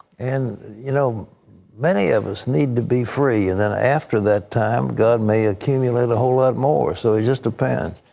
and you know many of us need to be free. and then after that time, god may accumulate a whole lot more. so it just depends.